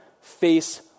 face